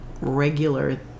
regular